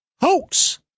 hoax